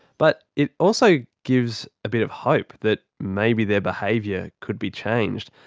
but it also gives a bit of hope that maybe their behaviour could be changed,